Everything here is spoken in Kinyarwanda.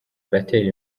uratera